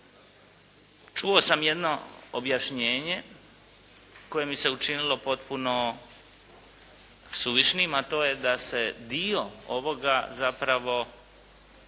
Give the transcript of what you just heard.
Čuo sam jedno objašnjenje koje mi se učinilo potpuno suvišnim, a to je da se dio ovoga zapravo